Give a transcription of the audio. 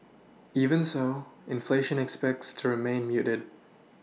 even so inflation expects turn main muted